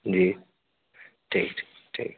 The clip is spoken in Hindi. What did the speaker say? जी ठीक ठीक